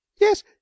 yes